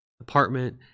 apartment